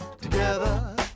Together